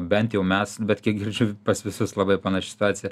bent jau mes bet kiek girdžiu pas visus labai panaši situacija